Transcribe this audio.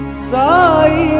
sai!